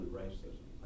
racism